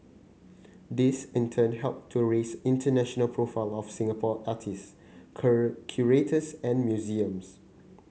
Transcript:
this in turn help to raise international profile of Singapore artist curators and museums